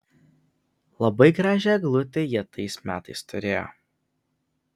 labai gražią eglutę jie tais metais turėjo